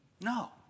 No